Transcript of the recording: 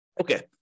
Okay